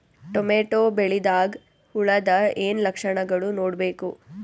Tomato ಬೆಳಿದಾಗ್ ಹುಳದ ಏನ್ ಲಕ್ಷಣಗಳು ನೋಡ್ಬೇಕು?